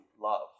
love